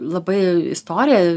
labai istorija